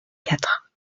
quatre